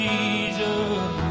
Jesus